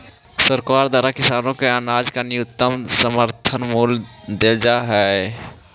सरकार द्वारा किसानों को अनाज का न्यूनतम समर्थन मूल्य देल जा हई है